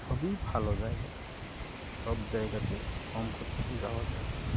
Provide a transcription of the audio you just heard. সবই ভালো জায়গা সব জায়গাতে কম খরচাতেই যাওয়া যায়